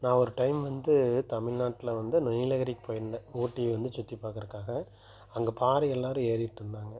நான் ஒரு டைம் வந்து தமிழ்நாட்டில் வந்து நீலகிரிக்கு போயிருந்தேன் ஊட்டி வந்து சுற்றி பார்க்கறக்காக அங்கே பாறை எல்லாேரும் ஏறிகிட்ருந்தாங்க